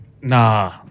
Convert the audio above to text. Nah